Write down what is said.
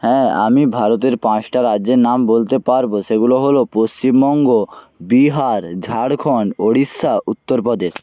হ্যাঁ আমি ভারতের পাঁচটা রাজ্যের নাম বলতে পারব সেগুলো হলো পশ্চিমবঙ্গ বিহার ঝাড়খণ্ড ওড়িশা উত্তরপ্রদেশ